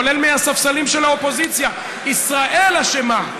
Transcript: כולל מהספסלים של האופוזיציה: ישראל אשמה,